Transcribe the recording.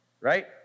right